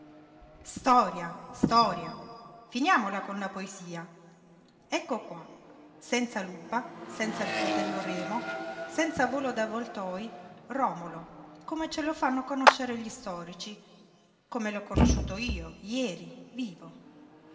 poesia storia storia finiamola con la poesia ecco qua senza lupa senza il fratello remo senza volo d'avvoltoj romolo come ce lo fanno conoscere gli storici come l'ho conosciuto io jeri vivo